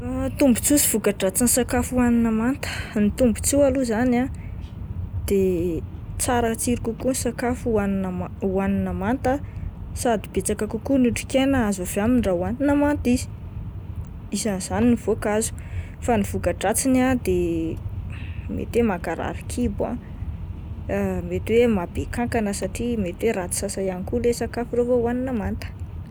Tombotsoa sy voka-dratsin'ny sakafo hoanina manta, ny tombotsoa aloha zany ah de tsara tsiro kokoa ny sakafo hoanin-hohanina manta sady betsaka kokoa ny otrikaina azo avy aminy raha hohanina manta izy isan'izany ny voankazo, fa ny voka-dratsiny ah de mety hoe makarary kibo ah, mety hoe mahabe kankana satria mety hoe ratsy sasa ihany koa le sakafo revo hohanina manta.